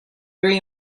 very